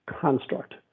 construct